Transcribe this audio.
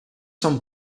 son